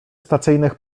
stacyjnych